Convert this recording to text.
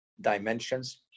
dimensions